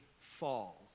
fall